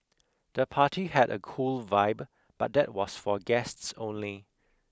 the party had a cool vibe but that was for guests only